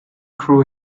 crew